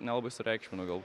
nelabai sureikšminu gal